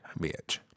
bitch